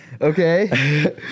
okay